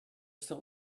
still